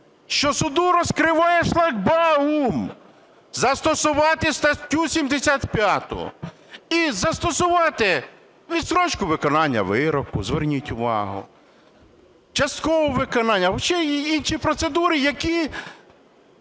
що суду розкриває шлагбаум застосувати статтю 75 і застосувати відстрочку виконання вироку. Зверніть увагу, часткове виконання, вообще інші процедури, які